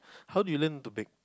how do you learn to bake